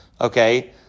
Okay